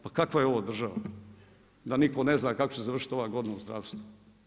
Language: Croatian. Pa kakva je ovo država da nitko ne zna kako će završiti ova godina u zdravstvu?